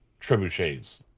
trebuchets